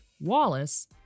Wallace